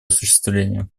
осуществления